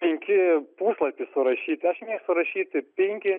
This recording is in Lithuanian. penki puslapiai surašyti aš mėgstu rašyti penki